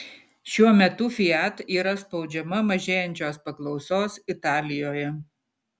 šiuo metu fiat yra spaudžiama mažėjančios paklausos italijoje